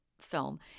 film